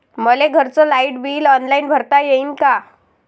मले घरचं light bill online भरता येईन का?